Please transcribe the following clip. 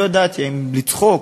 לא ידעתי אם לצחוק,